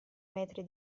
metri